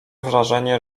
wrażenie